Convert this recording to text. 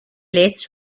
less